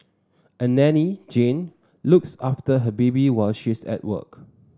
a nanny Jane looks after her baby while she's at work